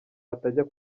atajya